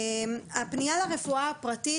הפנייה לרפואה הפרטית,